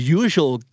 usual